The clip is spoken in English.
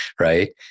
right